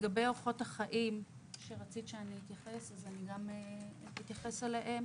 רצית שאתייחס לאורחות החיים.